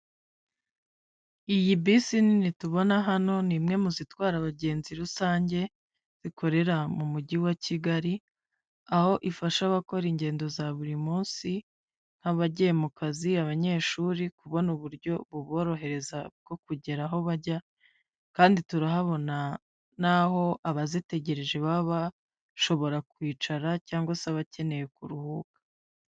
Iyi bisi nini tubona hano ni imwe mu zitwara abagenzi rusange zikorera mu mujyi wa Kigali, aho ifasha abakora ingendo za buri munsi habagiye mu kazi, abanyeshuri kubona uburyo buborohereza bwo kugera aho bajya, kandi turahabona n'aho abazitegereje baba bashobora kwicara cyangwa se abakeneye kuruhuka.